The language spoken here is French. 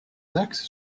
taxes